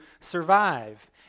survive